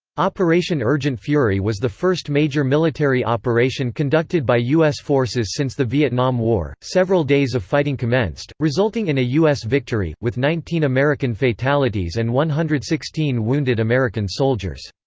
operation urgent fury was the first major military operation conducted by u s. forces since the vietnam war, several days of fighting commenced, resulting in a u s. victory, with nineteen american fatalities and one hundred and sixteen wounded american soldiers.